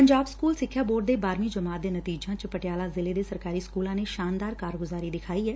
Punjab school ਸਿੱਖਿਆ board ਦੇ ਬਾਰਵੀ ਜਮਾਤ ਦੇ ਨਤੀਜਿਆਂ ਚ ਪਟਿਆਲਾ ਜ਼ਿਲ੍ਹੇ ਦੇ ਸਰਕਾਰੀ ਸਕੂਲਾਂ ਨੇ ਸ਼ਾਨਦਾਰ ਕਾਰਗੁਜ਼ਾਰੀ ਦਿਖਾਈ ਐ